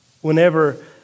whenever